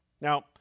Now